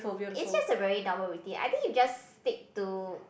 is just a very normal routine I think you just stick to